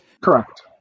Correct